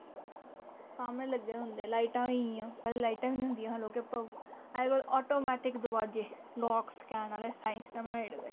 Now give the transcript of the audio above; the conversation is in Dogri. सामनै लग्गे दे होंदे लाइटां होइयां पैह्लें लाइटां निं होंदियां हियां लोकें अज्जकल ऑटोमैटिक दरवाजे लाॅक स्कैन आह्ले साइंस ने बनाई ओड़े दे